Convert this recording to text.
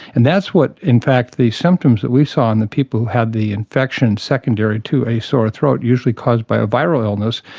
and that's what in fact the symptoms that we saw and the people who the infection secondary to a sore throat, usually caused by a viral illness,